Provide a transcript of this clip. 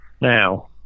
Now